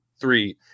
three